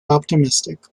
optimistic